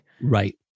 right